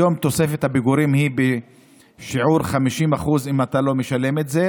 היום תוספת הפיגורים היא בשיעור 50% אם אתה לא משלם את זה,